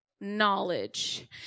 knowledge